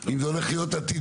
אם זה הולך להיות עתידי,